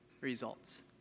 results